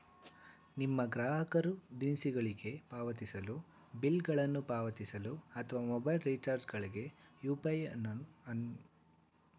ನಿಮ್ಮ ಗ್ರಾಹಕರು ದಿನಸಿಗಳಿಗೆ ಪಾವತಿಸಲು, ಬಿಲ್ ಗಳನ್ನು ಪಾವತಿಸಲು ಅಥವಾ ಮೊಬೈಲ್ ರಿಚಾರ್ಜ್ ಗಳ್ಗೆ ಯು.ಪಿ.ಐ ನ್ನು ಬಳಸಬಹುದು